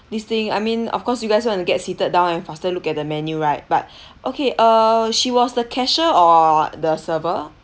this thing I mean of course you guys want to get seated down and faster look at the menu right but okay uh she was the cashier or the server